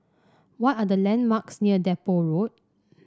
what are the landmarks near Depot Road